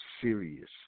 serious